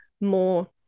more